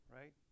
right